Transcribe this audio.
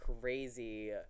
crazy